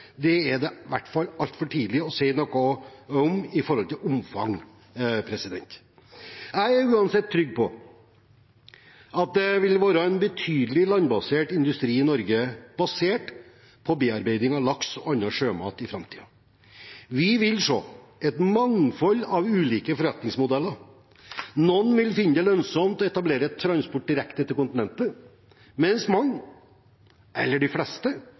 omfang. Jeg er uansett trygg på at det vil være en betydelig landbasert industri i Norge basert på bearbeiding av laks og annen sjømat i framtiden. Vi vil se et mangfold av ulike forretningsmodeller. Noen vil finne det lønnsomt å etablere transport direkte til kontinentet, mens mange – de fleste